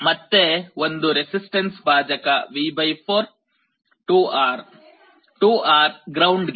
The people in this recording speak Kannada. ಮತ್ತೆ ಒಂದು ರೆಸಿಸ್ಟನ್ಸ್ ಭಾಜಕ V 4 2R 2R ಗ್ರೌಂಡ್ ಗೆ